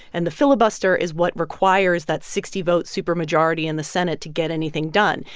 and the filibuster is what requires that sixty vote supermajority in the senate to get anything done.